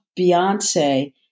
beyonce